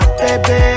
baby